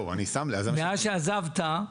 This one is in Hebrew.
מאז שעזבת,